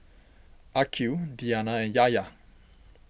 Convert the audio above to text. Aqil Diyana and Yahya